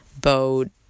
boat